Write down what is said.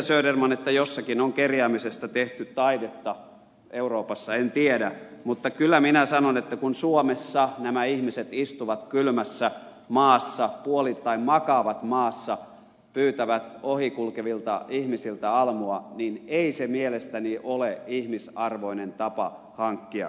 söderman että jossakin on kerjäämisestä tehty taidetta euroopassa en tiedä mutta kyllä minä sanon että kun suomessa nämä ihmiset istuvat kylmässä maassa puolittain makaavat maassa pyytävät ohikulkevilta ihmisiltä almua niin ei se mielestäni ole ihmisarvoinen tapa hankkia elantoaan